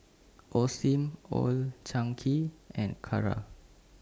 Osim Old Chang Kee and Kara